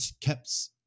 kept